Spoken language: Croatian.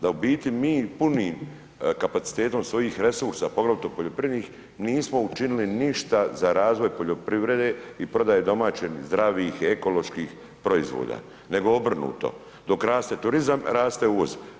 Da u biti mi punim kapacitetom svojih resursa, poglavito poljoprivrednih, nismo učinili ništa za razvoj poljoprivrede i prodaje domaćih, zdravih, ekoloških proizvoda, nego obrnuto, dok raste turizam, raste uvoz.